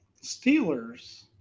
Steelers